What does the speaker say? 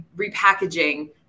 repackaging